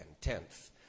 Tenth